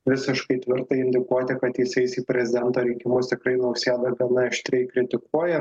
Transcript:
visiškai tvirtai indikuoti kad jis eis į prezidento rinkimus tikrai nausėda gana aštriai kritikuoja